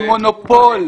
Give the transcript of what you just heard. זה מונופול.